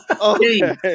okay